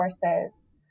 courses